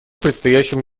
предстоящем